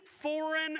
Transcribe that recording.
foreign